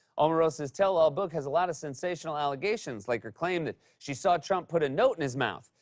omarosa's tell-all book has a lot of sensational allegations like her claim that she saw trump put a note in his mouth.